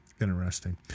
Interesting